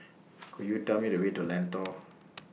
Could YOU Tell Me The Way to Lentor